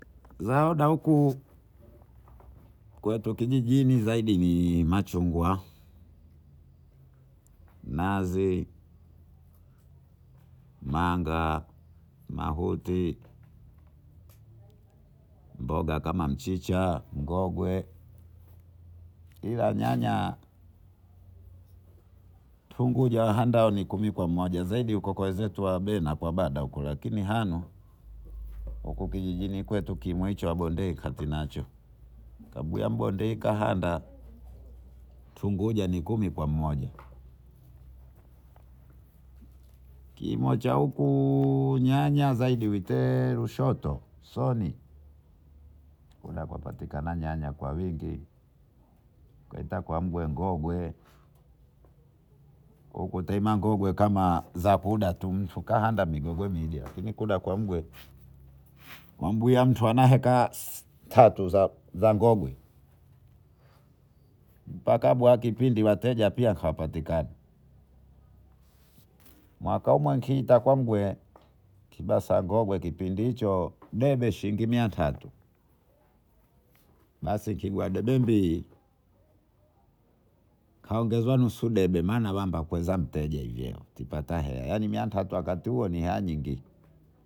Zaoda huku kwetu kijijini zaidi ni machungwa nazi, manga, mahuti, mboga kama mchicha, ng'ogwe Ila nyanya tunguja wahandahu mikumi kwa mmoja zaidi huku kwa wenzetu wabena kwabada huko lakini hanu huku kijijini kwetu kimwicho abondeka kinacho kabuu abodeka hands tunguja ni kumi kwa mmoja. Kilochahuku nyanya zaidi lute rushoto soni kule kwa patikana nyanya kwa wingi. kweta kwa mtengogwe huku tema ngogwe kama zakudmiliamtu kahanda migogwe milia lakini kula kwamgwe kwambuye mtu anaheka tatu za ngogwe mbaka kwa kipindi wateja hawapatikani. Mwaka huo kinta ngogwe debe shilingi mia tatu basi kigwagedebi kaongezwa nusu debe maana kwambezamteja hivyo upatamteja maana miaka wakati huo ni hela nyingi.